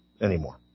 anymore